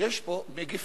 יש פה מגפה.